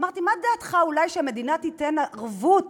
אמרתי: מה דעתך שאולי המדינה תיתן ערבות